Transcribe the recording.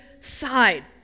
side